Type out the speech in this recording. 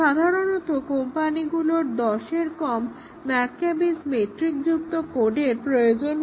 সাধারণত কোম্পানিগুলোর 10 এর কম McCabe's মেট্রিকযুক্ত কোডের প্রয়োজন হয়